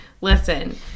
listen